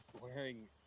Wearing